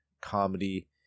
comedy